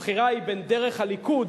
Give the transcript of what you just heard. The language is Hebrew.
הבחירה היא בין דרך הליכוד